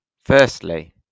Firstly